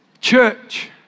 Church